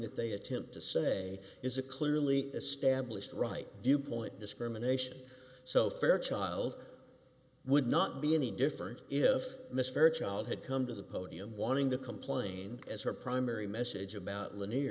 that they attempt to say is a clearly established right viewpoint discrimination so fairchild would not be any different if miss fairchild had come to the podium wanting to complain as her primary message about